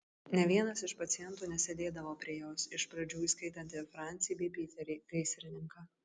nė vienas iš pacientų nesėdėdavo prie jos iš pradžių įskaitant ir francį bei piterį gaisrininką